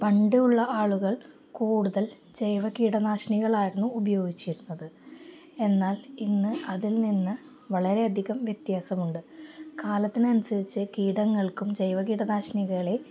പണ്ടുള്ള ആളുകൾ കൂടുതൽ ജൈവ കീടനാശിനികളായിരുന്നു ഉപയോഗിച്ചിരുന്നത് എന്നാൽ ഇന്ന് അതിൽ നിന്ന് വളരെയധികം വ്യത്യാസമുണ്ട് കാലത്തിനനുസരിച്ച് കീടങ്ങൾക്കും ജൈവ കീടനാശിനികളെ